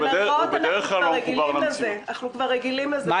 אנחנו כבר רגילים לזה.